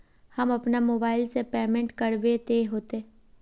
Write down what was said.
हम अपना मोबाईल से पेमेंट करबे ते होते?